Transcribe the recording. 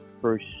Bruce